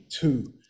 two